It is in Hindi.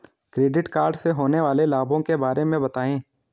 क्रेडिट कार्ड से होने वाले लाभों के बारे में बताएं?